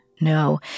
No